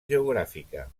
geogràfica